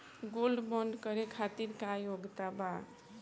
Gold bond करे खातिर का योग्यता बा?